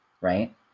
right